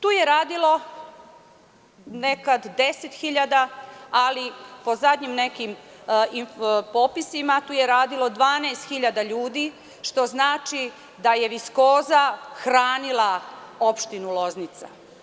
Tu je radilo nekad 10.000, ali po zadnjim nekim popisima, tu je radilo 12.000 ljudi, što znači da je „Viskoza“ hranila opštinu Loznica.